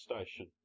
station